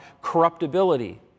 corruptibility